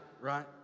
right